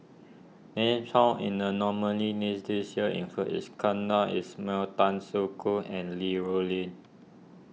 names found in the nominees' list this year include Iskandar Ismail Tan Soo Khoon and Li Rulin